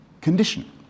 condition